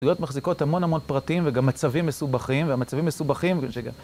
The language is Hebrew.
עדויות מחזיקות המון המון פרטים וגם מצבים מסובכים והמצבים מסובכים